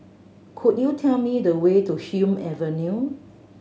could you tell me the way to Hume Avenue